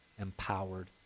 empowered